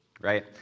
right